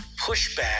pushback